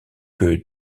que